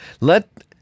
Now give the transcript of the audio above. Let